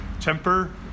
temper